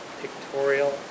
Pictorial